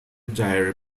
dairy